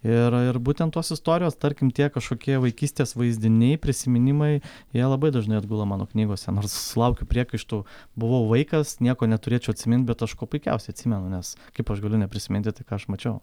ir ir būtent tos istorijos tarkim tie kažkokie vaikystės vaizdiniai prisiminimai jie labai dažnai atgula mano knygose nors sulaukiu priekaištų buvau vaikas nieko neturėčiau atsimint bet aš kuo puikiausiai atsimenu nes kaip aš galiu neprisiminti tai ką aš mačiau